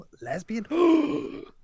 lesbian